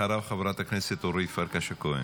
אחריו, חברת הכנסת אורית פרקש הכהן.